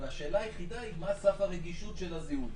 והשאלה היחידה היא מה סף הרגישות של הזיהוי,